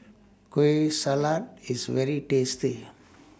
Kueh Salat IS very tasty